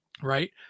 Right